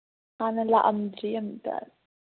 ꯍꯥꯟꯅ ꯂꯥꯛꯑꯝꯗ꯭ꯔꯤ ꯑꯝꯇ